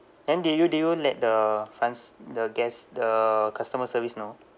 then did you did you let the fro~ the guest the customer service know